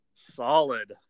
Solid